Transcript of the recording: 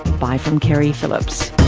bye from keri phillips